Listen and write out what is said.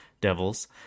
Devils